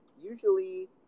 Usually